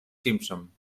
simpson